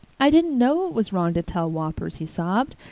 i didn't know it was wrong to tell whoppers, he sobbed.